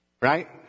right